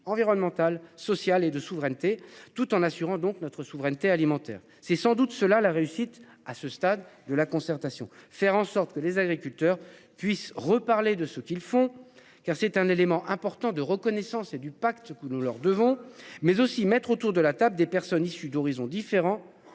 environnementale, sociale et de souveraineté tout en assurant, donc notre souveraineté alimentaire, c'est sans doute cela la réussite à ce stade de la concertation, faire en sorte que les agriculteurs puissent reparler de ce qu'ils font. Car c'est un élément important de reconnaissance et du pacte que nous leur devons mais aussi mettre autour de la table des personnes issues d'horizons différents